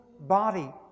body